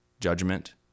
judgment